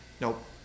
Nope